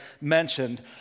mentioned